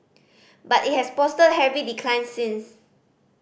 but it has posted heavy declines since